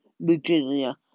Virginia